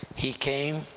he came,